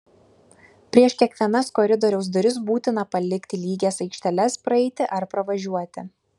prieš kiekvienas koridoriaus duris būtina palikti lygias aikšteles praeiti ar pravažiuoti